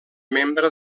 membre